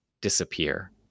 disappear